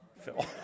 Phil